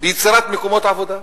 ביצירת מקומות עבודה.